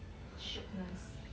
shiokness